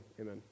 amen